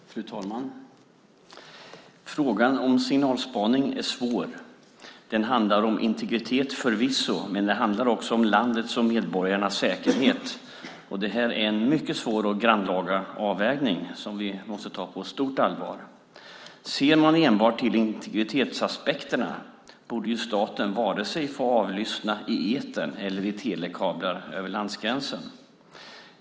Fru talman! Frågan om signalspaning är svår. Den handlar om integritet förvisso, men den handlar också om landets och medborgarnas säkerhet. Det här är en mycket svår och grannlaga avvägning som vi måste ta på stort allvar. Ser man enbart till integritetsaspekterna borde ju inte staten få avlyssna vare sig i etern eller i telekablar över landsgränsen.